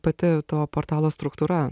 pati to portalo struktūra